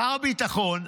שר הביטחון,